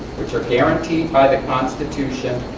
which are guaranteed by the constitution,